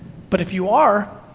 but if you are,